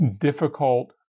difficult